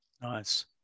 Nice